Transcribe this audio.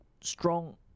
strong